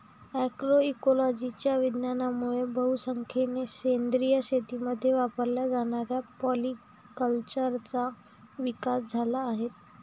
अग्रोइकोलॉजीच्या विज्ञानामुळे बहुसंख्येने सेंद्रिय शेतीमध्ये वापरल्या जाणाऱ्या पॉलीकल्चरचा विकास झाला आहे